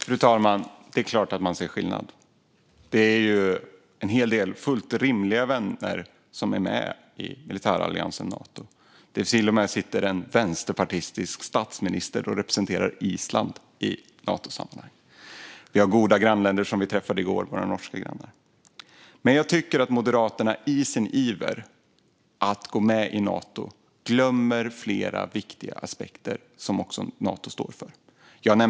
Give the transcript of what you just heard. Fru talman! Det är klart att man ser skillnad. Det är en hel del fullt rimliga vänner som är med i militäralliansen Nato. Till och med en vänsterpartistisk statsminister sitter och representerar Island i Natosammanhang. Vi har också goda grannländer som är med, bland annat våra norska grannar som vi träffade i går. Jag tycker dock att Moderaterna i sin iver att gå med i Nato glömmer flera viktiga saker som Nato också står för.